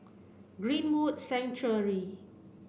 Greenwood Sanctuary